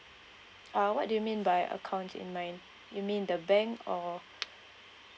uh what do you mean by account in mind you mean the bank